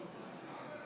השר, הכול